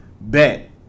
Bet